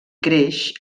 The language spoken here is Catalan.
creix